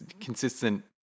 consistent